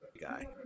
guy